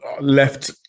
left